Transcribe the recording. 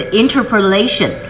interpolation，